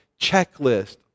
checklist